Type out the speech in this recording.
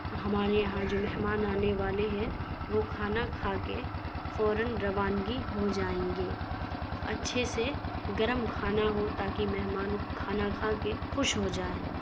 ہمارے یہاں جو مہمان آنے والے ہیں وہ کھانا کھا کے فوراً روانگی ہو جائیں گے اچھے سے گرم کھانا ہو تاکہ مہمانوں کو کھانا کھا کے خوش ہو جائیں